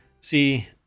see